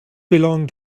belong